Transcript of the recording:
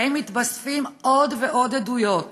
שבהם מתווספות עוד ועוד עדויות